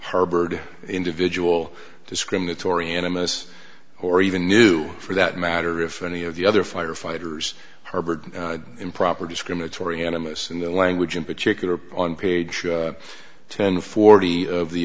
harbored individual discriminatory animus or even knew for that matter if any of the other firefighters harbored improper discriminatory animists in the language in particular on page ten forty of the